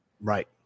Right